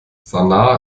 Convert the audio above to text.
sanaa